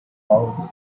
power